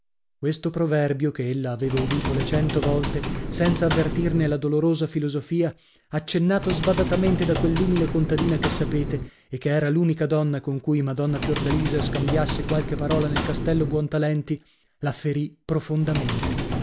questo proverbio che ella aveva udito le cento volte senza avvertirne la dolorosa filosofia accennato sbadatamente da quell'umile contadina che sapete e che era l'unica donna con cui madonna fiordalisa scambiasse qualche parola nel castello buontalenti la ferì profondamente